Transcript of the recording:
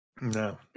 No